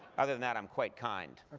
other than that, i'm quite kind.